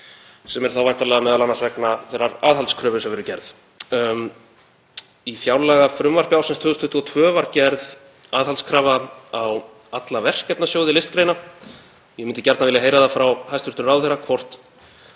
sem er þá væntanlega m.a. vegna þeirrar aðhaldskröfu sem verður gerð. Í fjárlagafrumvarpi ársins 2022 var gerð aðhaldskrafa á alla verkefnasjóði listgreina. Ég myndi gjarnan vilja heyra það frá hæstv. ráðherra hvort